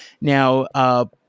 now